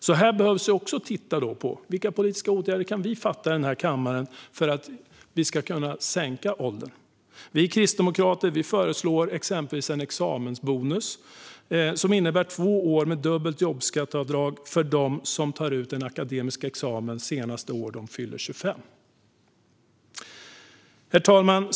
Även här behöver vi alltså titta på vilka politiska beslut vi kan fatta i den här kammaren för att inträdesåldern ska sänkas. Kristdemokraterna föreslår exempelvis en examensbonus som innebär två år med dubbelt jobbskatteavdrag för dem som tar ut en akademisk examen senast det år då de fyller 25. Herr talman!